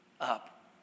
up